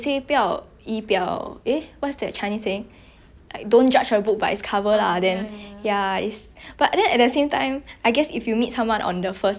but then at the same time I guess if you meet someone on the first look like you will just like assume things based on the person's outer appearance